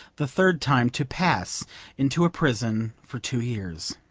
the third time to pass into a prison for two years.